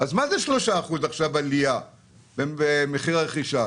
של 3% במס הרכישה?